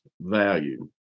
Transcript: value